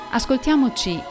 ascoltiamoci